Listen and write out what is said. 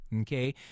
Okay